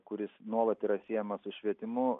kuris nuolat yra siejamas su švietimu